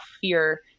fear